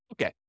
Okay